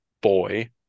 Boy